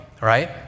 right